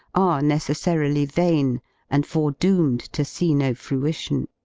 are necessarily vain and fore doomed to see no fruition.